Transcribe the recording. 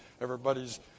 Everybody's